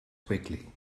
quickly